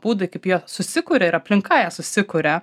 gal būdai kaip jie susikuria ir aplinka ją susikuria